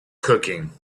cooking